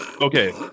Okay